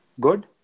good